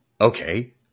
okay